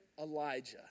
Elijah